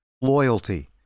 Loyalty